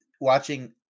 watching